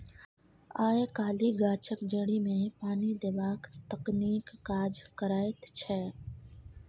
आय काल्हि गाछक जड़िमे पानि देबाक तकनीक काज करैत छै